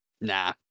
Nah